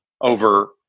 over